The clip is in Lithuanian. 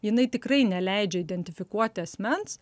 jinai tikrai neleidžia identifikuoti asmens